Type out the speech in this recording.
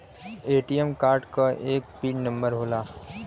ATM card क एक pin number होला